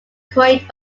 coined